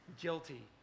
guilty